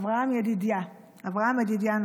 אברהם ידידיה נחשון.